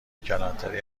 کلانتری